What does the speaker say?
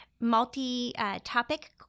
multi-topic